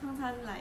刚才 like